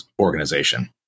organization